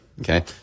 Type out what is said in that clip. Okay